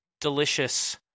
delicious